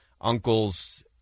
uncles